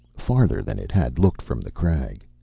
farther than it had looked from the crag.